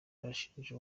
arashinja